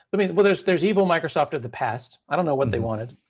i mean, well there's there's evil microsoft of the past. i don't know what they wanted.